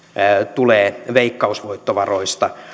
tulee veikkausvoittovaroista